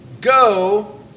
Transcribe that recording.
Go